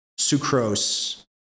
sucrose